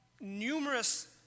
numerous